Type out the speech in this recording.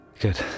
Good